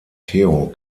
theo